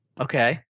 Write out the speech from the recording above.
okay